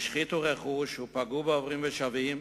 השחיתו רכוש ופגעו בעוברים ושבים,